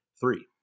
Three